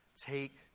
Take